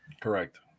correct